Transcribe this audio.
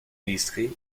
illustré